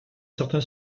certain